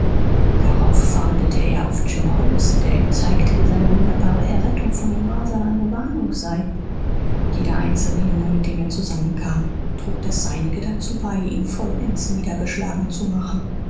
darauf fahndete er auf jim hollis der ihm zeigte wie seine wunderbare errettung von den masern eine warnung sei jeder einzelne junge mit dem er zusammenkam trug das seinige dazu bei ihn vollends niedergeschlagen zu machen